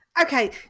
Okay